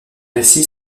récit